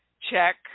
check